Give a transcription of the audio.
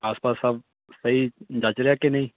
ਆਸ ਪਾਸ ਸਭ ਸਹੀ ਜੱਚ ਰਿਹਾ ਕਿ ਨਹੀਂ